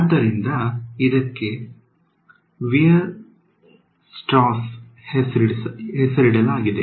ಆದ್ದರಿಂದ ಇದಕ್ಕೆ ವೀರ್ಸ್ಟ್ರಾಸ್ ಹೆಸರಿಡಲಾಗಿದೆ